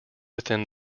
within